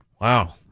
Wow